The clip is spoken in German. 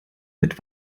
mit